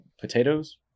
potatoes